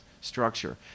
structure